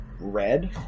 red